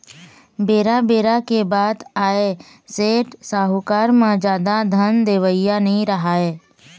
बेरा बेरा के बात आय सेठ, साहूकार म जादा धन देवइया नइ राहय